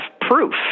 proof